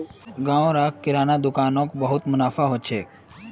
गांव र किराना दुकान नोत बहुत मुनाफा हो छे